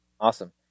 Awesome